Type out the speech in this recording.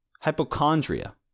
Hypochondria